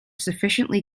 sufficiently